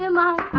yeah la